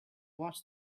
watch